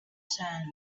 sand